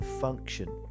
function